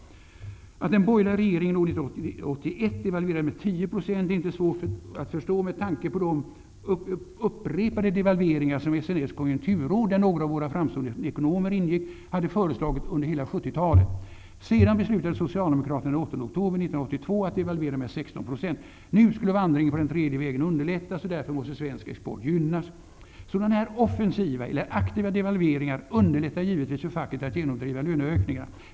Att den borgerliga regeringen år l98l devalverade med l0 % är inte svårt att förstå med tanke på de upprepade devalveringar som SNS:s konjunkturråd, där några av våra framstående ekonomer ingick, hade föreslagit under hela 70 Sedan beslutade socialdemokraterna den 8 oktober l982 att devalvera med l6 %. Nu skulle vandringen på den tredje vägen underlättas, och därför måste svensk export gynnas. Sådana här offensiva eller aktiva devalveringar underlättar givetvis för facket att genomföra löneökningar.